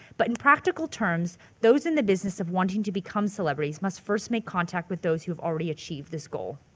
but in practical terms those in the business of wanting to become celebrities must first make contact with those who have already achieved this goal.